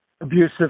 abusive